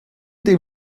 dem